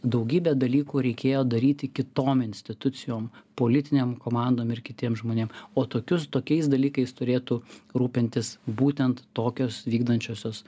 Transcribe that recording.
daugybę dalykų reikėjo daryti kitom institucijom politinėm komandom ir kitiem žmonėm o tokius tokiais dalykais turėtų rūpintis būtent tokios vykdančiosios